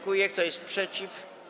Kto jest przeciw?